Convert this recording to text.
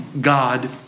God